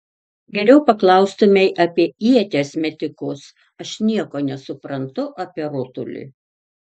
geriau paklaustumei apie ieties metikus aš nieko nesuprantu apie rutulį